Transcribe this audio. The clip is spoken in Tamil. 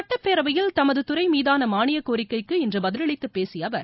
சட்டப்பேரவையில் தமது துறைமீதான மானிய கோரிக்கைக்கு இன்று பதிலளித்துப் பேசியஅவர்